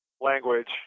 language